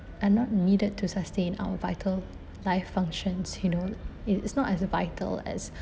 are not needed to sustain our vital life functions you know it it's not as vital as